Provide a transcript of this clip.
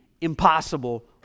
impossible